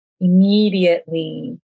immediately